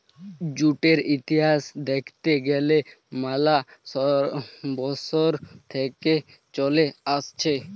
জুটের ইতিহাস দ্যাখতে গ্যালে ম্যালা বসর থেক্যে চলে আসছে